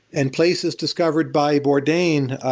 and places discovered by bourdain,